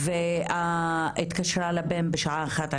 הבן שלי לא היה קשור לפשיעה.